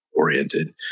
oriented